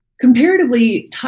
Comparatively